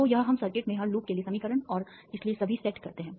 तो यह हम सर्किट में हर लूप के लिए समीकरण और इसलिए सभी सेट करते हैं